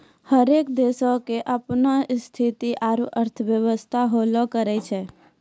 हरेक देशो के अपनो स्थिति आरु अर्थव्यवस्था होलो करै छै